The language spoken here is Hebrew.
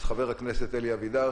אז חבר הכנסת אלי אבידר.